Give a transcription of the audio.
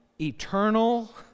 eternal